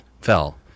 fell